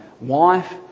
wife